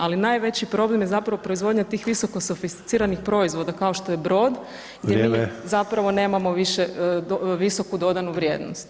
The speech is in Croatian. Ali najveći problem je zapravo proizvodnja tih visoko sofisticiranih proizvoda kao što je brod [[Upadica: Vrijeme.]] gdje mi zapravo nema više visoku dodanu vrijednost.